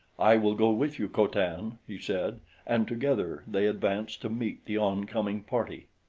i will go with you, co-tan, he said and together they advanced to meet the oncoming party.